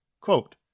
Quote